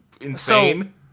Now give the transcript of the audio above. insane